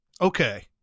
okay